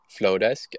Flowdesk